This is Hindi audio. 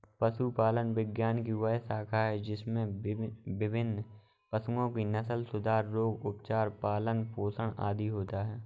पशुपालन विज्ञान की वह शाखा है जिसमें विभिन्न पशुओं के नस्लसुधार, रोग, उपचार, पालन पोषण आदि होता है